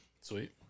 Sweet